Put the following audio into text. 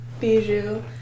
Bijou